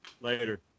Later